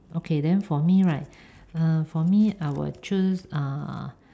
okay then for me right uh for me I will choose uh